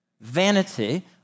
Vanity